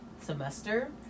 semester